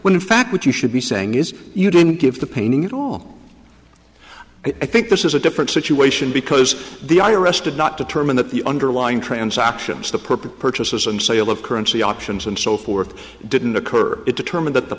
when in fact what you should be saying is you didn't give the painting at all i think this is a different situation because the i arrested not determine that the underlying transactions the perp purchases and sale of currency options and so forth didn't occur it determined that the